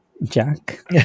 Jack